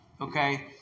okay